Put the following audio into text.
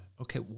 Okay